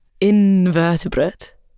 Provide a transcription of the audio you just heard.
invertebrate